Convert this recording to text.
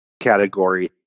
category